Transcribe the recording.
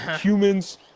humans